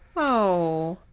oh,